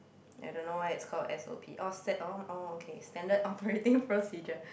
I don't know why it's called s_o_p orh stand~ orh orh okay standard operating procedure